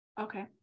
Okay